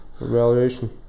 evaluation